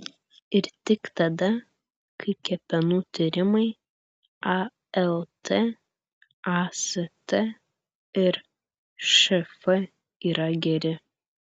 ir tik tada kai kepenų tyrimai alt ast ir šf yra geri